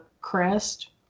Crest